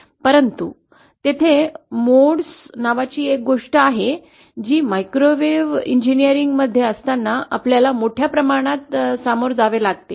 परंतु तेथे मोड्स नावाची एक गोष्ट आहे जी मायक्रोवेव्ह अभियांत्रिकी मध्ये असताना आपल्याला मोठ्या प्रमाणात सामोरे जावे लागते